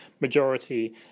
majority